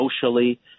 socially